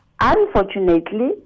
unfortunately